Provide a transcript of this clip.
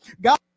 God